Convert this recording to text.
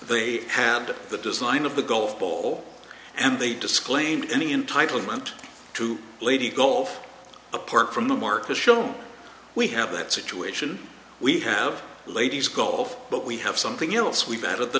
they had the design of the golf ball and they disclaimed any entitlement to lady gulf apart from the mark as shown we have that situation we have ladies golf but we have something else we bet at the